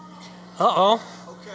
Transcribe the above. uh-oh